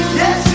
yes